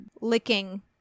licking